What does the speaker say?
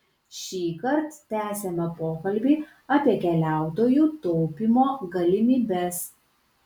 šįkart tęsiame pokalbį apie keliautojų taupymo galimybes